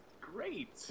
great